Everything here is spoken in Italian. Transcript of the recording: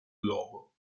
globo